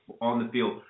on-the-field